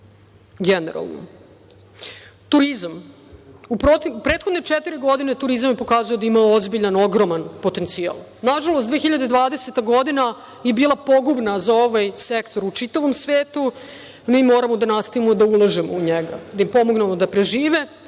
generalno. Turizam. U prethodne četiri godine turizam je pokazao da ima ozbiljan, ogroman potencijal. Nažalost, 2020. godina je bila pogubna za ovaj sektor u čitavom svetu. Mi moramo da nastavljamo da ulažemo u njega, da im pomognemo da prežive,